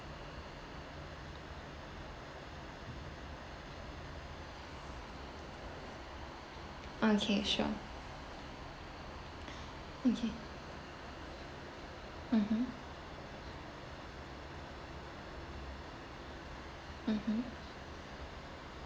okay sure okay mmhmm mmhmm